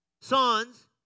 sons